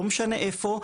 לא משנה איפה,